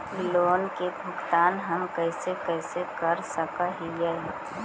Loan के भुगतान हम कैसे कैसे कर सक हिय?